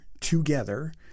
together